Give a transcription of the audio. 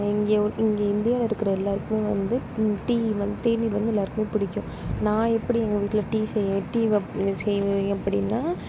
இங்கே இங்கே இந்தியாலிருக்கிற எல்லோருக்குமே வந்து டீ வந்து தேநீர் வந்து எல்லோருக்குமே பிடிக்கும் நான் எப்படி எங்கள் வீட்டில் டீ செய்ய டீ வப் செய்வேன் அப்படின்னால்